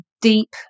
deep